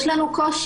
יש לנו קושי.